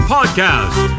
Podcast